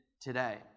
today